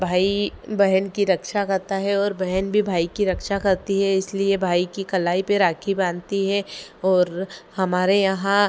भाई बहन की रक्षा करता है और बहन भी भाई की रक्षा करती है इसलिए भाई की कलाई पे राखी बांधती है और हमारे यहाँ